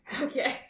Okay